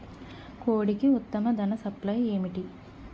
కోడికి ఉత్తమ దాణ సప్లై ఏమిటి?